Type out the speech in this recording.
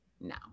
now